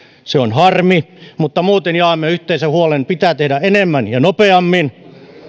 se on harmi mutta muuten jaamme yhteisen huolen pitää tehdä enemmän ja nopeammin